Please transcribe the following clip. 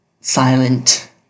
silent